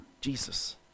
Jesus